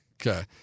Okay